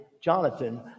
Jonathan